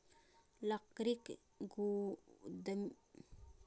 लकड़ीक लुगदी सं कागज सेहो बनाएल जाइ छै